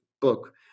book